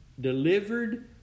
delivered